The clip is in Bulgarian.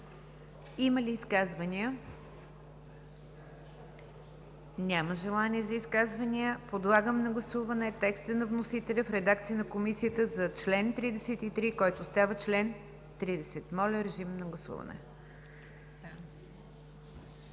Има ли изказвания? Няма желание за изказвания. Подлагам на гласуване текста на вносителя в редакцията на Комисията за чл. 33, който става чл. 30. Гласували